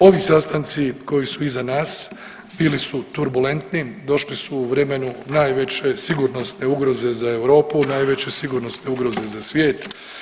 Ovi sastanci koji su iza nas bili su turbulentni, došli su u vremenu najveće sigurnosne ugroze za Europu, najveće sigurnosne ugroze za svijet.